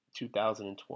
2020